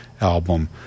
album